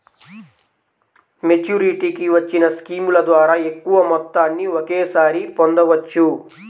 మెచ్యూరిటీకి వచ్చిన స్కీముల ద్వారా ఎక్కువ మొత్తాన్ని ఒకేసారి పొందవచ్చు